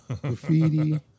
graffiti